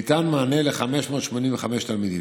ניתן מענה ל-585 תלמידים,